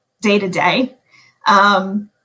day-to-day